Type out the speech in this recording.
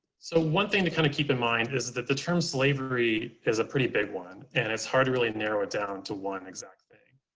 so one thing to kind of keep in mind is that the term slavery is a pretty big one. and it's hard to really narrow it down to one exact thing.